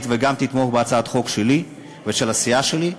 וגם תתמוך בהצעת החוק שלי ושל הסיעה שלי.